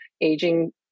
aging